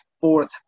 fourth